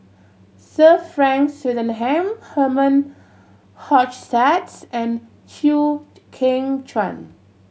Sir Frank Swettenham Herman Hochstadt and Chew Kheng Chuan